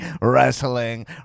wrestling